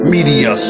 Media